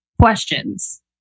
questions